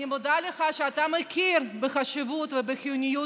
אני מודה לך על שאתה מכיר בחשיבות ובחיוניות